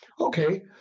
okay